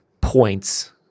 points